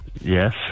Yes